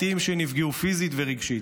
בתים שנפגעו פיזית ורגשית.